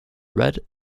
red